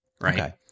right